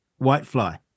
whitefly